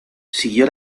siguió